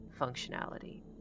functionality